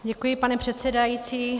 Děkuji, pane předsedající.